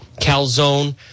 calzone